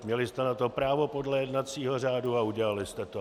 Měli jste na to právo podle jednacího řádu a udělali jste to.